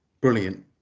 Brilliant